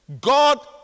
God